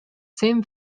same